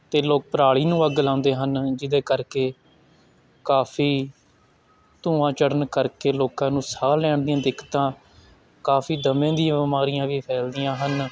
ਅਤੇ ਲੋਕ ਪਰਾਲੀ ਨੂੰ ਅੱਗ ਲਾਉਂਦੇ ਹਨ ਜਿਹਦੇ ਕਰਕੇ ਕਾਫੀ ਧੂੰਆਂ ਚੜਨ ਕਰਕੇ ਲੋਕਾਂ ਨੂੰ ਸਾਹ ਲੈਣ ਦੀਆਂ ਦਿੱਕਤਾਂ ਕਾਫੀ ਦਮੇ ਦੀਆਂ ਬਿਮਰੀਆਂ ਵੀ ਫੈਲਦੀਆਂ ਹਨ